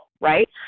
right